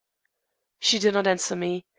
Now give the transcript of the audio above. she did not answer me.